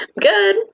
Good